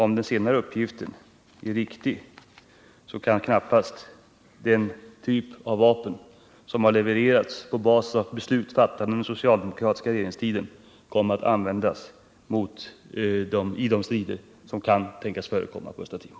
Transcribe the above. Om den senare uppgiften är riktig kan emellertid knappast den typ av vapen som har levererats på basis av beslut fattade under den socialdemokratiska regeringstiden komma att användas i de strider som kan tänkas förekomma på Östra Timor.